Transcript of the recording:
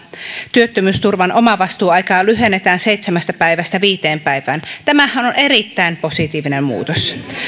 työttömyysturvan omavastuuaikaa lyhennetään seitsemästä päivästä viiteen päivään tämähän on erittäin positiivinen muutos